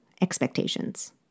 expectations